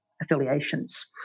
affiliations